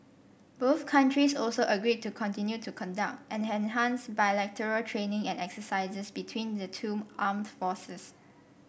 both countries also agreed to continue to conduct and enhance bilateral training and exercises between the two armed forces